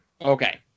Okay